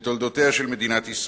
בתולדותיה של מדינת ישראל.